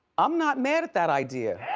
i'm not mad at that idea.